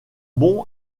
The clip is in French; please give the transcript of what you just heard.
bon